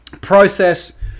process